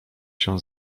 się